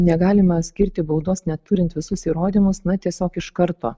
negalima skirti baudos neturint visus įrodymus na tiesiog iš karto